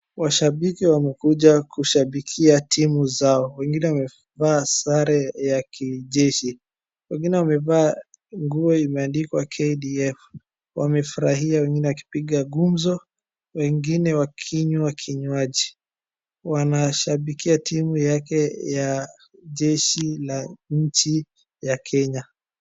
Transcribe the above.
Washabiki wamekuja kushabikia timu zao. Wengine wamevaa sare ya kijeshi. Wengine wamevaa nguo imeandikwa KDF. Wamefurahia wengine wakipiga gumzo. Wengine wakinywa kinywaji. Wanashabikia timu yake ya jeshi la nchi ya Kenya.